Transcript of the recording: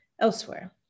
elsewhere